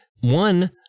one